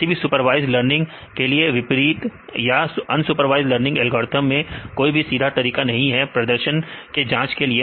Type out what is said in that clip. किसी भी supervised learning के विपरीत यहां अनसुपरवाइज्ड लर्निंग एल्गोरिथ्म मैं कोई भी सीधा तरीका नहीं है प्रदर्शन के जांच के लिए